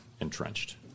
entrenched